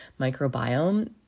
microbiome